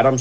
adam